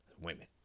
Women